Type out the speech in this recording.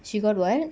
she got [what]